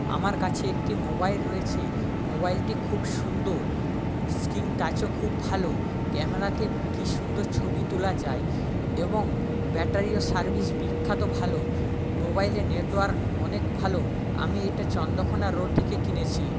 আমার কাছে একটি মোবাইল রয়েছে মোবাইলটি খুব সুন্দর স্ক্রিন টাচও খুব ভালো ক্যামেরাতে কি সুন্দর ছবি তোলা যায় এবং ব্যাটারিরও সার্ভিস বিখ্যাত ভালো মোবাইলের নেটওয়ার্ক অনেক ভালো আমি এটা চন্দ্রকোনা রোড থেকে কিনেছি